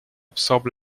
absorbe